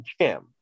Jim